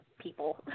people